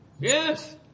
Yes